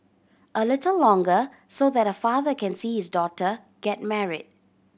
a little longer so that a father can see his daughter get married